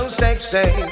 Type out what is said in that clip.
sexy